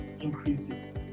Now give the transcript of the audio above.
increases